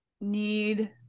need